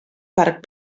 parc